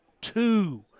Two